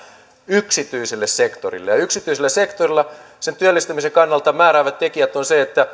yksityiselle sektorille ja yksityisellä sektorilla sen työllistämisen kannalta määräävät tekijät ovat